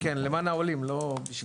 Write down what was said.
אני מאוד מקווה שכן, למען העולים לא בשבילנו.